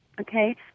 Okay